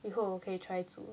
以后我可以 try 煮